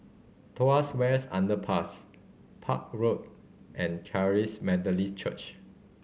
Tuas West Underpass Park Road and Charis Methodist Church